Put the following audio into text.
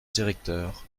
directeurs